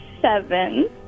seven